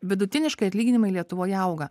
vidutiniškai atlyginimai lietuvoje auga